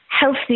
Healthy